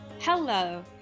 Hello